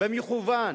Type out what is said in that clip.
במכוון